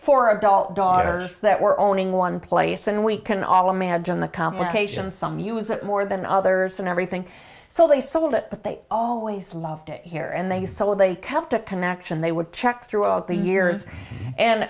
four adult daughters that were owning one place and we can all imagine the complications some use it more than others and everything so they sold it but they always loved it here and they said well they kept a connection they would check throughout the years and